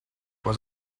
was